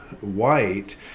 white